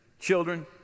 children